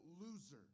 loser